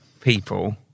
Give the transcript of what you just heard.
people